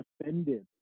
offended